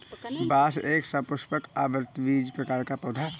बांस एक सपुष्पक, आवृतबीजी प्रकार का पौधा है